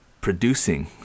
producing